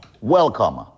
Welcome